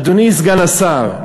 אדוני סגן השר,